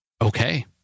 Okay